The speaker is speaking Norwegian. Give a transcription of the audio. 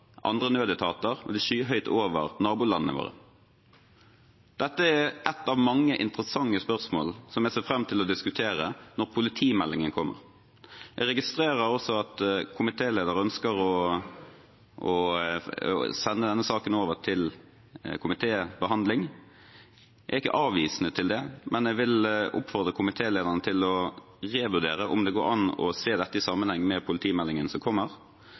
nabolandene våre. Dette er ett av mange interessante spørsmål som jeg ser fram til å diskutere når politimeldingen kommer. Jeg registrerer også at komitélederen ønsker å få sendt denne saken over til komitébehandling. Jeg er ikke avvisende til det, men jeg vil oppfordre komitélederen til å revurdere om det går an å se dette i sammenheng med den politimeldingen som kommer.